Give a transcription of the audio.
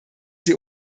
sie